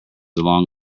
along